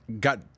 got